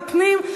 ועדת הפנים.